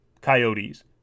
coyotes